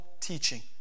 teaching